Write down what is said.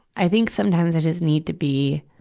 i think sometimes i just need to be,